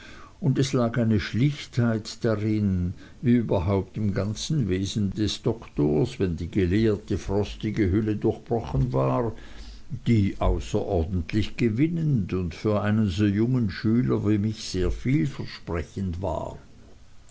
und es lag eine schlichtheit darin wie überhaupt im ganzen wesen des doktors wenn die gelehrte frostige hülle durchbrochen war die außerordentlich gewinnend und für einen so jungen schüler wie mich sehr vielversprechend war